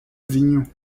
vinho